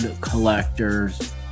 collectors